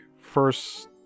first